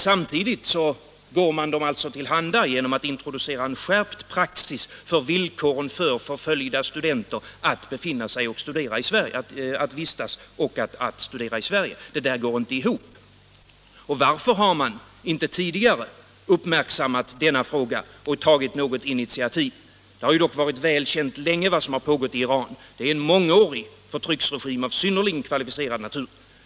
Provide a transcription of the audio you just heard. Samtidigt går man alltså den iranska regimen till handa genom att introducera en skärpt praxis i villkoren för förföljda studenter att vistas och studera i Sverige. Det där går inte ihop! Varför har man inte tidigare uppmärksammat denna fråga och tagit något initiativ? Det har dock varit väl känt länge vad som pågått i Iran. Det är en mångårig förtrycksregim av synnerligen kvalificerad natur.